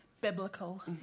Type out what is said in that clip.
biblical